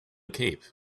cape